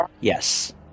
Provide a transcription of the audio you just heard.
Yes